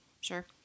Sure